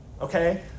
okay